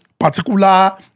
Particular